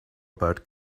about